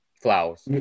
Flowers